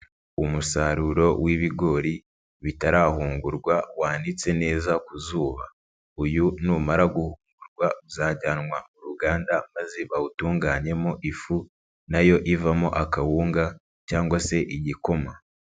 Umusaruro w'ibigori bitarahungurwa wanitse neza ku zuba, uyu numara kuma uzajyanwa k'uruganda maze bawutunganyemo ifu nayo ivamo akawunga cyangwa se igikoma.